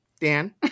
dan